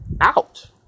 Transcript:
out